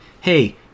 hey